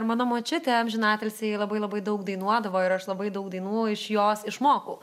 mano močiutė amžinatilsį ji labai labai daug dainuodavo ir aš labai daug dainų iš jos išmokau